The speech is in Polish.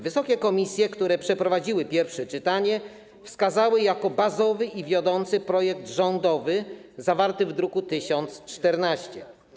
Wysokie komisje, które przeprowadziły pierwsze czytanie, wskazały jako bazowy i wiodący projekt rządowy zawarty w druku nr 1014.